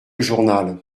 journal